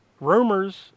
rumors